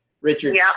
Richard